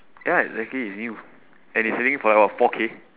ya exactly it's new and it's only for like four K